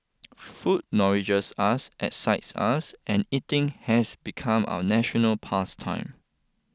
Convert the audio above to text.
food nourishes us excites us and eating has become our national past time